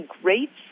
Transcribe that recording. great